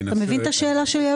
היושב ראש, אתה מבין אתה שאלה שלי?